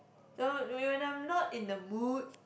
so whe~ when I'm not in the mood